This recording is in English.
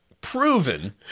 Proven